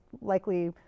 likely